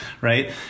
right